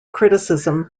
criticism